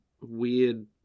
weird